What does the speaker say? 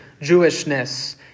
Jewishness